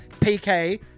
PK